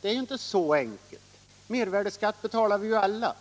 Det är inte så enkelt. Mervärdeskatt betalar vi alla.